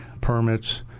permits